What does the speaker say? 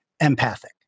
empathic